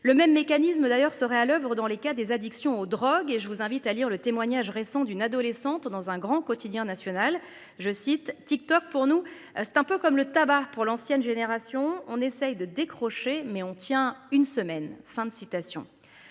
le même mécanisme d'ailleurs serait à l'oeuvre dans les cas des addictions aux drogues et je vous invite à lire le témoignage, récent d'une adolescente dans un grand quotidien national je cite TikTok pour nous c'est un peu comme le tabac. Pour l'ancienne génération, on essaye de décrocher mais on tient une semaine